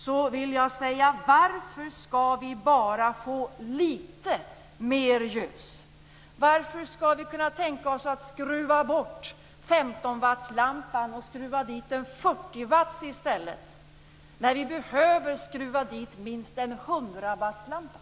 Då vill jag säga: Varför skall vi bara få litet mer ljus? Varför skall vi kunna tänka oss att skruva bort 15 watts-lampan och skruva dit en 40 watts i stället? Vi behöver skruva dit minst en 100 watts-lampa.